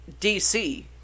DC